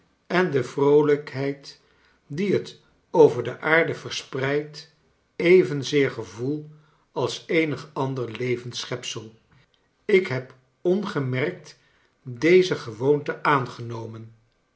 en de vroolijkheid die het over de aarde verspreidt evenzeer gevoel als eenig ander levend schepsel ik heb ongemerkt deze gewoonte aangenomen